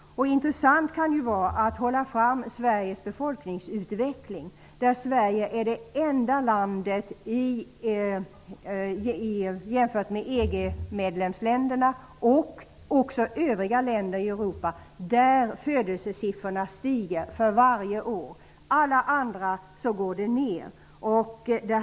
Intressant kan vara att framhålla Sveriges befolkningsutveckling. Vid en jämförelse med EG:s medlemsländer och övriga länder i Europa är Sverige det enda land där födelsesiffrorna ökar varje år. I alla andra länder minskar födelseantalet.